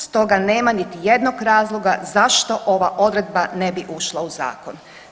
Stoga nema niti jednog razloga zašto ova odredba ne bi ušla u zakon.